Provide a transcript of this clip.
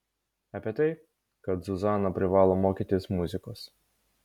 apie tai kad zuzana privalo mokytis muzikos